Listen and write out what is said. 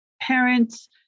parents